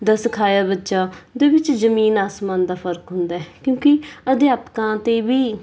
ਦਾ ਸਿਖਾਇਆ ਬੱਚਾ ਦੇ ਵਿੱਚ ਜ਼ਮੀਨ ਅਸਮਾਨ ਦਾ ਫਰਕ ਹੁੰਦਾ ਕਿਉਂਕਿ ਅਧਿਆਪਕਾਂ 'ਤੇ ਵੀ